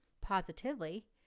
positively